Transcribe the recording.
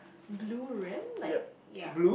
blue rim like ya